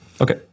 okay